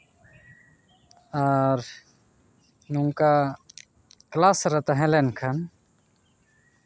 ᱟᱨ ᱱᱚᱝᱠᱟ ᱠᱞᱟᱥ ᱨᱮ ᱛᱟᱦᱮᱸ ᱞᱮᱱᱠᱷᱟᱱ